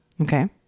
Okay